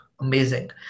Amazing